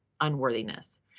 unworthiness